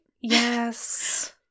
Yes